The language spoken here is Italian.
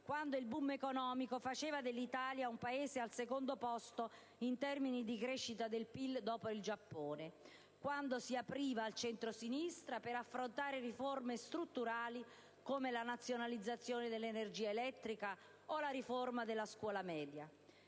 quando il *boom* economico faceva dell'Italia un Paese al secondo posto nel mondo in termini di crescita del PIL, dopo il Giappone, quando il Governo si apriva alle forze di centrosinistra per affrontare riforme strutturali come la nazionalizzazione dell'energia elettrica o la riforma della scuola media,